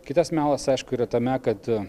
kitas melas aišku yra tame kad